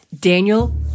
Daniel